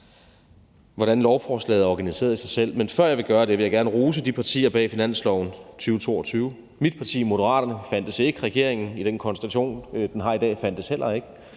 hvordan lovforslaget er organiseret i sig selv. Men før jeg gør det, vil jeg gerne rose partierne bag finansloven 2022. Mit parti, Moderaterne, fandtes ikke, og regeringen i den konstellation, den har i dag, fandtes heller ikke,